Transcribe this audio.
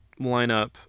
lineup